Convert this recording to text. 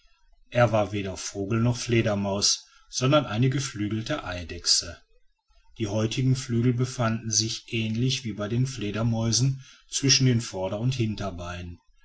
es war weder vogel noch fledermaus sondern eine geflügelte eidechse die häutigen flügel befanden sich ähnlich wie bei den fledermäusen zwischen den vorder und hinterbeinen